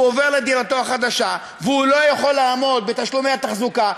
והוא עובר לדירתו החדשה והוא לא יכול לעמוד בתשלומי התחזוקה,